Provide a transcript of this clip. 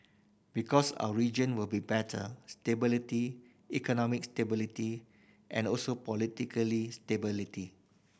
because our region will be better stability economic stability and also politically stability